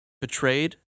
betrayed